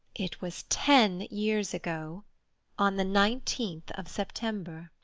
it was ten years ago on the nineteenth of september.